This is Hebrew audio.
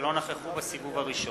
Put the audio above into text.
שלא נכחו בסיבוב הראשון.